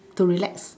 to relax